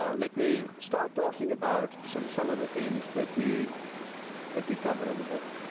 ah let me start talking about sort of some of the things that we that we cover in the book.